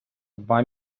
два